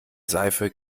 seife